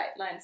guidelines